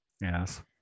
Yes